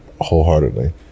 wholeheartedly